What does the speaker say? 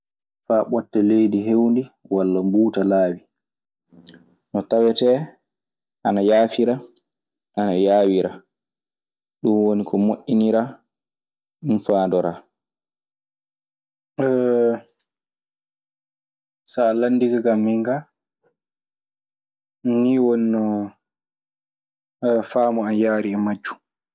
Faa ɓotta leydi hewndi walla mbuwta laawi no tawetee ana yaafira, ana yaawira. Ɗun woni ko moƴƴiniraa. Ɗun faandoraa. Saa landike kan min kaa, nii woni noo faamu an yaari e majju.